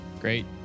Great